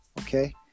Okay